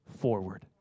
forward